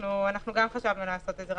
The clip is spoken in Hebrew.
אנחנו גם חשבנו לעשות את זה.